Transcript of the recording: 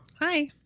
hi